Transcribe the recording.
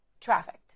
trafficked